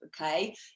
okay